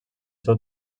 seu